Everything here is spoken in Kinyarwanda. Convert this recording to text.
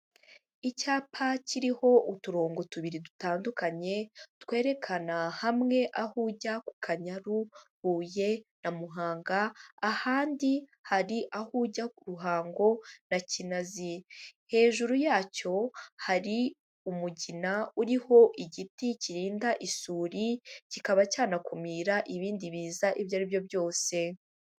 Icyapa kiriho uturongo tubiri dutandukanye, twerekana hamwe aho ujya ku Kanyayaru, Huye na Muhanga, ahandi hari aho ujya Ruhango na Kinazi. Hejuru yacyo hari umugina uriho igiti kirinda isuri, kikaba cyanakumira ibindi biza ibyo ari byo byose.